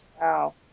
Wow